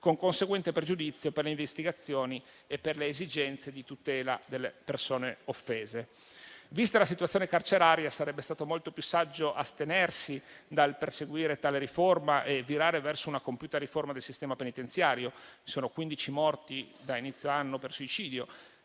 con conseguente pregiudizio per le investigazioni e per le esigenze di tutela delle persone offese. Vista la situazione carceraria, sarebbe stato molto più saggio astenersi dal perseguire tale riforma e virare verso una compiuta riforma del sistema penitenziario. Sono quindici i morti dall'inizio dell'anno per suicidio.